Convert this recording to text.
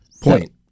Point